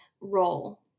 role